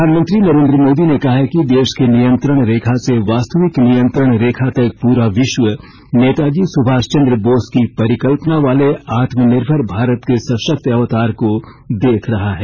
प्रधानमंत्री नरेंद्र मोदी ने कहा है कि देश की नियंत्रण रेखा से वास्तविक नियंत्रण रेखा तक पूरा विश्व नेताजी सुभाष चंद्र बोस की परिकल्पना वाले आत्मनिर्भर भारत के सशक्त अवतार को देख रहा है